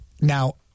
now